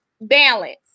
balance